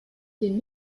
den